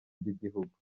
by’igihugu